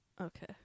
okay